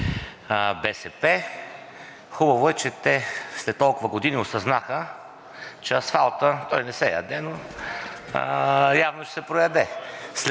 БСП. Хубаво е, че те след толкова години осъзнаха, че асфалтът не се яде, но явно ще се прояде